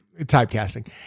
typecasting